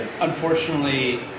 Unfortunately